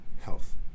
health